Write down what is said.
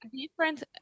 different